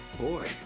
Boy